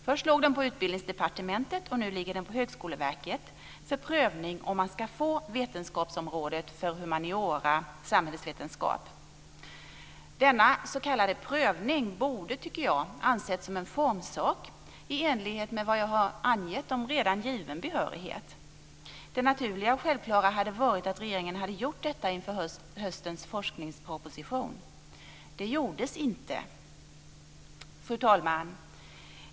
Först låg den på Utbildningsdepartementet, och nu ligger den på Högskoleverket för prövning om man ska få vetenskapsområdet för humaniora-samhällsvetenskap. Denna s.k. prövning borde ha ansetts som en formsak, i enlighet med vad jag har angett om redan given behörighet. Det naturliga och självklara hade varit att regeringen hade gjort detta inför höstens forskningsproposition. Det gjordes inte. Fru talman!